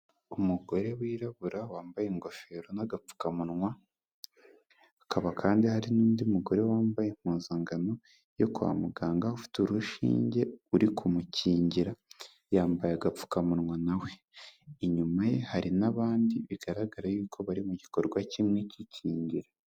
Umugore wirabura wambaye ingofero n'agapfukamunwa kaba kandi hari n'undi mugore wambaye impuzankano yo kwa muganga ufite urushinge uri kumukingira yambaye agapfukamunwa nawe, inyuma ye hari n'abandi bigaragara yuko bari mu gikorwa kimwe kikingira.